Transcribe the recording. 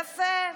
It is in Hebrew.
יפה.